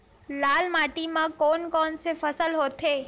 लाल माटी म कोन कौन से फसल होथे?